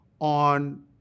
on